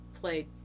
played